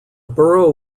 borough